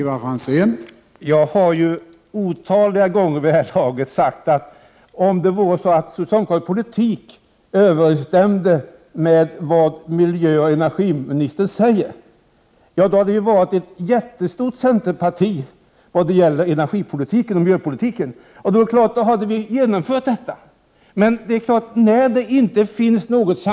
Herr talman! Jag har ju otaliga gånger vid det här laget sagt att om det förhåller sig så att socialdemokraternas politik överensstämde med vad miljöoch energiministern säger, hade vi haft en jättestor uppslutning bakom centerpartiets energioch miljöpolitik, och då hade denna också blivit genomförd.